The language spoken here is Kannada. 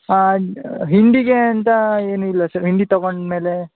ಆಂ ಹಿಂಡಿಗೆ ಅಂತ ಏನು ಇಲ್ಲ ಸರ್ ಹಿಂಡಿ ತಗೊಂಡಮೇಲೆ